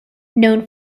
known